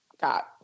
got